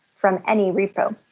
from any repo.